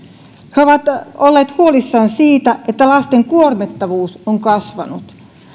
he ovat olleet huolissaan siitä että lasten kuormitus on kasvanut